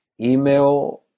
email